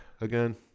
again